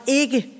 ikke